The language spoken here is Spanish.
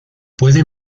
puede